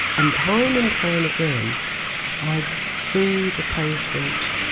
and time and time again i'd see the patient